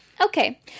Okay